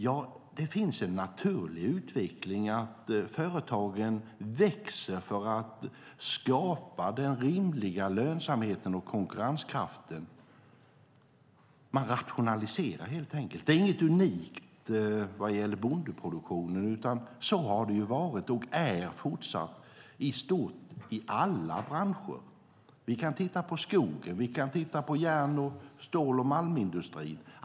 Jo, det finns en naturlig utveckling, att företagen växer för att skapa rimlig lönsamhet och konkurrenskraft. Man rationaliserar helt enkelt. Det är inget unikt vad gäller bondeproduktionen, utan så har det i stort varit och är fortsatt i alla branscher. Det gäller skogen, järn-, stål och malmindustrin.